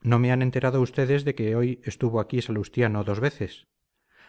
no me han enterado ustedes de que hoy estuvo aquí salustiano dos veces